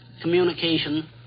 communication